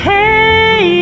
Hey